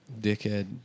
Dickhead